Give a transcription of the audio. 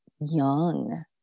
young